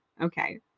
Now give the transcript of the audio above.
Okay